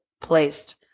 placed